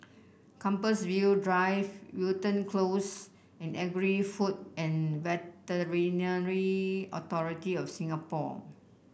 Compassvale Drive Wilton Close and Agri Food and Veterinary Authority of Singapore